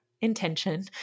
intention